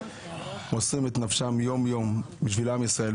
מוסרים את נפשם יום-יום בשביל עם ישראל,